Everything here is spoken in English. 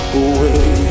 away